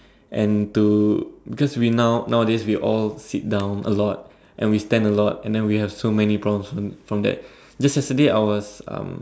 and to because we now nowadays we all sit down a lot and we stand a lot and than we have so many problems from that just yesterday I was um